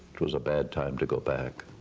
it was a bad time to go back.